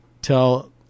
Tell